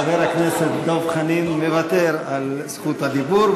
חבר הכנסת דב חנין מוותר על זכות הדיבור.